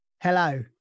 hello